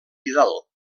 vidal